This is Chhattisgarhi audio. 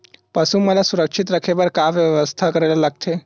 पशु मन ल सुरक्षित रखे बर का बेवस्था करेला लगथे?